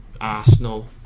Arsenal